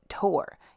tour